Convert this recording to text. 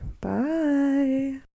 bye